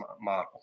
model